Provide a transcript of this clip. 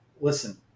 listen